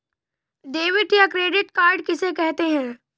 Debit या credit card किसे कहते हैं?